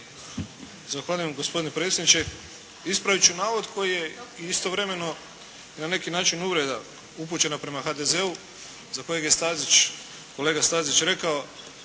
Zahvaljujem gospodine predsjedniče. Ispravit ću navod koji je istovremeno na neki način uvreda upućena prema HDZ-u za kojeg je kolega Stazić rekao